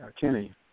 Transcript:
Kenny